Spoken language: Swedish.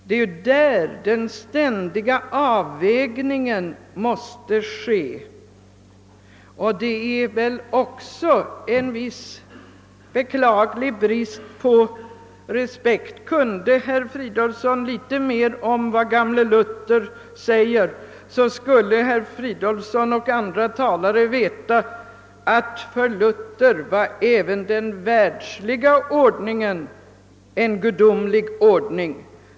Vi måste ständigt göra avvägningar, och det finns väl också en beklaglig brist på respekt för detta. Kunde herr Fridolfsson och andra talare litet mer om vad gamle Luther säger, skulle de veta, att för Luther även den världsliga ordningen var en gudomlig ordning.